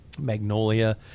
magnolia